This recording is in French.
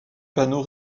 panneau